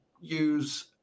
use